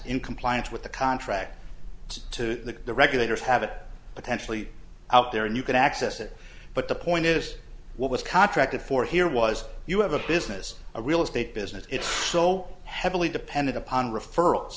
in compliance with the contract to the regulators have potentially out there and you can access it but the point is what was contracted for here was you have a business a real estate business it's so heavily dependent upon referrals